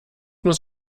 muss